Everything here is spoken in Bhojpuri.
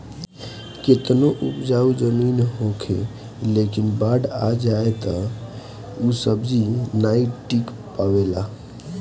केतनो उपजाऊ जमीन होखे लेकिन बाढ़ आ जाए तअ ऊ सब्जी नाइ टिक पावेला